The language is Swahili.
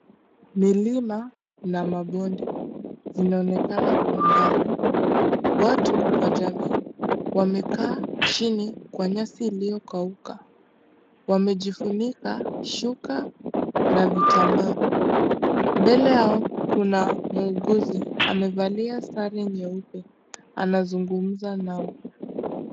Milima na mabonde zinaonekana kwa umbali, watu wajamii wamekaa chini kwa nyasi iliyokauka wamejifunika shuka na vitambaa, mbele yao kuna muuguzi amevalia sare nyeupe anazungumza nao.